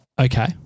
Okay